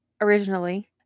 originally